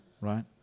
right